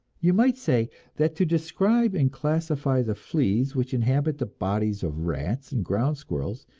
you might say that to describe and classify the fleas which inhabit the bodies of rats and ground-squirrels,